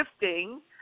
gifting